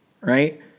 right